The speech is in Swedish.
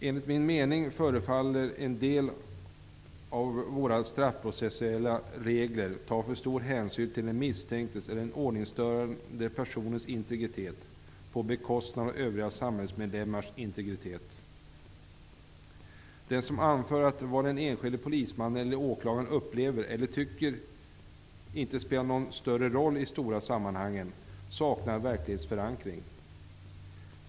Enligt min mening förefaller en del av de straffprocessuella reglerna ta för stor hänsyn till den misstänktes eller ordningsstörande personens integritet, på bekostnad av övriga samhällsmedborgares integritet. Den som anför att det i de stora sammanhangen inte spelar någon större roll vad den enskilde polisen eller åklagaren upplever eller tycker saknar verklighetsförankring.